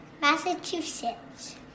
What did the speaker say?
Massachusetts